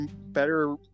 better